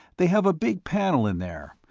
they have a big panel in there,